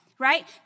Right